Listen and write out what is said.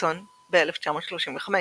פרדסון ב-1935,